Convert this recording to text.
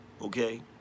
okay